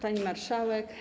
Pani Marszałek!